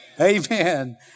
Amen